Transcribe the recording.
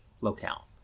locale